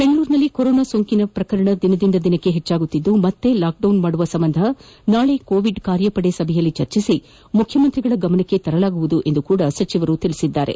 ಬೆಂಗಳೂರಿನಲ್ಲಿ ಕೊರೋನಾ ಸೋಂಕಿನ ಪ್ರಕರಣ ದಿನದಿಂದ ದಿನಕ್ಕೆ ಹೆಚ್ಚಾಗುತ್ತಿದ್ದು ಮತ್ತೆ ಲಾಕ್ ಡೌನ್ ಮಾಡುವ ಸಂಬಂಧ ನಾಳೆ ಕೋವಿಡ್ ಕಾರ್ಯ ಪದೆ ಸಭೆಯಲ್ಲಿ ಚರ್ಚಿಸಿ ಮುಖ್ಯಮಂತ್ರಿಗಳ ಗಮನಕ್ಕೆ ತರಲಾಗುವುದು ಎಂದು ಶ್ರೀರಾಮುಲು ತಿಳಿಸಿದ್ದಾರೆ